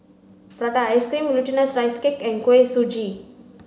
Prata Ice cream Glutinous Rice Cake and Kuih Suji